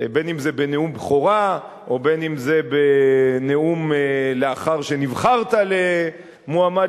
בין שזה בנאום בכורה ובין שזה בנאום לאחר שנבחרת למועמד